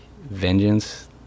vengeance